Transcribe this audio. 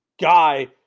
guy